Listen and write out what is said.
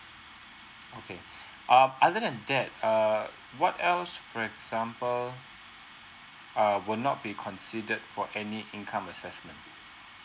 okay um other than that err what else for example err will not be considered for any income assessment